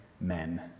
men